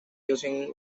using